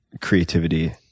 creativity